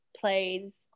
plays